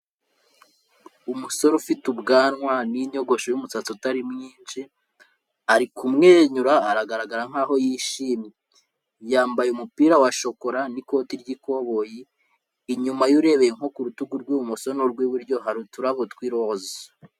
Umusore ufite ubwanwa n'inyogosho y'umusatsi utari mwinshi, ari kumwenyura aragaragara nkaho yishimye. Yambaye umupira wa shokora n'ikoti ry'ikoboyi, inyuma ye urebeye nko ku rutugu rw'ibumoso n'urw'iburyo hari uturabo tw'iroza.